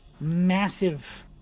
massive